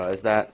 as that